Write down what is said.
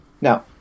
Now